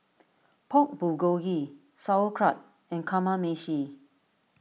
Pork Bulgogi Sauerkraut and Kamameshi